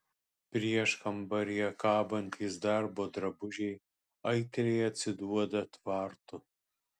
prieškambaryje kabantys darbo drabužiai aitriai atsiduoda tvartu